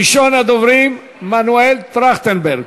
ראשון הדוברים, מנואל טרכטנברג,